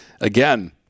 again